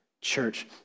church